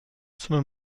sondern